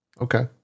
Okay